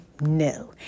No